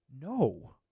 no